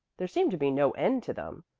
there seemed to be no end to them.